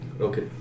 Okay